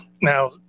Now